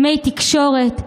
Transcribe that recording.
דמי תקשורת,